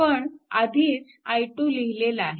आपण आधीच i2 लिहिलेला आहे